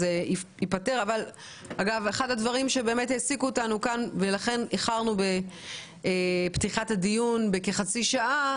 אחד הדברים שהעסיקו אותנו כאן ולכן איחרנו בפתיחת הדיון בכחצי שעה